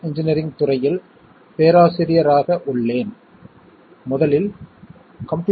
எனவே நாம் உண்மையில் எதைப் பற்றி கவலைப்படுகிறோம்